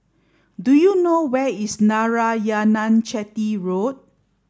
do you know where is Narayanan Chetty Road